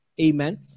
Amen